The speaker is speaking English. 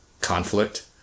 conflict